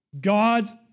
God's